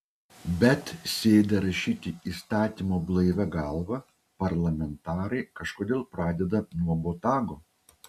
bet sėdę rašyti įstatymo blaivia galva parlamentarai kažkodėl pradeda nuo botago